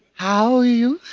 how are you?